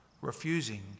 refusing